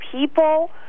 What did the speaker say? people